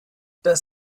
das